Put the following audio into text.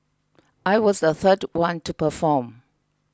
I was the third one to perform